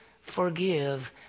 forgive